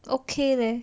okay leh